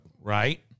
Right